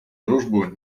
дружбу